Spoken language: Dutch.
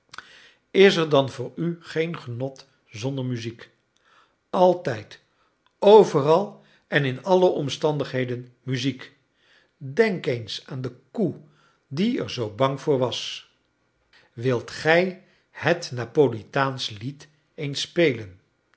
is er dan voor u geen genot zonder muziek altijd overal en in alle omstandigheden muziek denk eens aan de koe die er zoo bang voor was wilt gij het napolitaansche lied